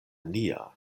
nia